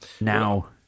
Now